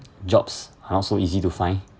jobs not so easy to find